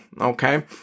okay